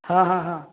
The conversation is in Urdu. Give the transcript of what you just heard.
ہاں ہاں ہاں